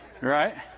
right